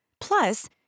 Plus